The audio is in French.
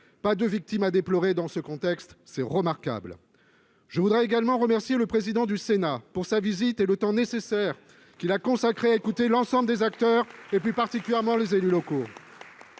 Aucune victime n'est à déplorer dans ce contexte, c'est remarquable ! Je remercie également le président du Sénat de sa visite et du temps nécessaire qu'il a consacré à écouter l'ensemble des acteurs, plus particulièrement les élus locaux.